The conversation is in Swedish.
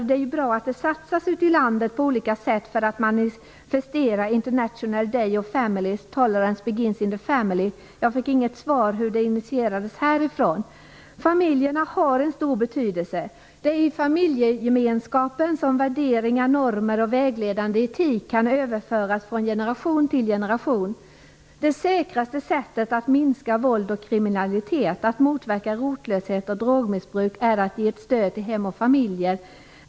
Det är ju bra att man satsar ute i landet på olika sätt för att manifestera International Day of Families - Tolerance begins in the family. Jag fick inget svar om hur det initierades härifrån. Familjerna har en stor betydelse. Det är i familjegemenskapen som värderingar, normer och vägledande etik kan överföras från generation till generation. Det säkraste sättet att minska våld och kriminalitet och att motverka rotlöshet och drogmissbruk är att ge ett stöd till hem och familjer.